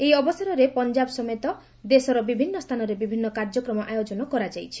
ଏହି ଅବସରରେ ପଞ୍ଜାବ ସମେତ ଦେଶର ବିଭିନ୍ନ ସ୍ଥାନରେ ବିଭିନ୍ନ କାର୍ଯ୍ୟକ୍ରମର ଆୟୋଜନ କରାଯାଇଛି